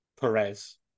Perez